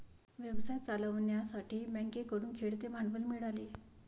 व्यवसाय चालवण्यासाठी बँकेकडून खेळते भांडवल मिळाले